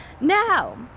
Now